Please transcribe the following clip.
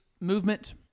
movement